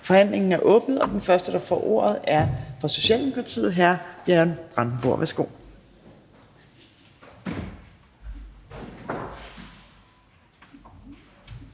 Forhandlingen er åbnet, og den første, der får ordet, er fra Socialdemokratiet. Hr. Bjørn Brandenborg, værsgo.